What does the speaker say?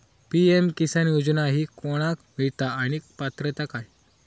PM Kisan योजना ही कोणाक मिळता आणि पात्रता काय?